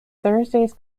thursdays